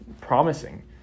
promising